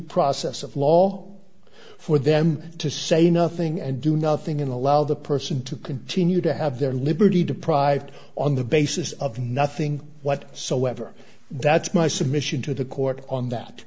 process of law for them to say nothing and do nothing in allow the person to continue to have their liberty deprived on the basis of nothing what so ever that's my submission to the court on that